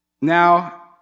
Now